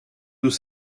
deux